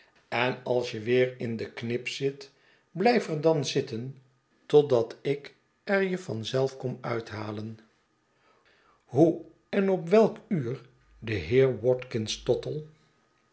en als ge weer in de knip zit blijf er dan zitten totdat ik er je van zelf kom uithalen hoe en op welk uur de heer watkins tottle